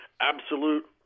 absolute